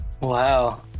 Wow